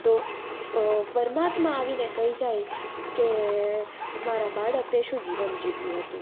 તો પરમાત્મા આવીને કહી જાય કે મારાં બાળક તે શું જીવન જીવ્યું હતું